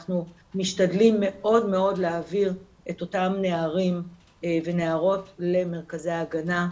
אנחנו משתדלים מאוד להעביר את אותם נערים ונערות למרכזי ההגנה,